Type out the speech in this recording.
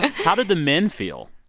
how did the men feel?